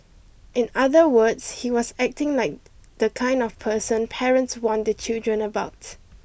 in other words he was acting like the kind of person parents warn the children about